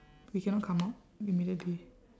we cannot come out immediately